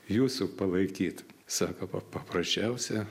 jūsų palaikyt sako pa paprasčiausia